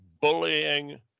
bullying